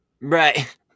Right